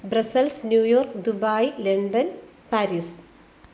Brussels New York Dubai London Paris